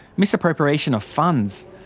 misappropriation of funds.